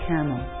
Camel